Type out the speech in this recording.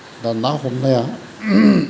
दा ना हमनाया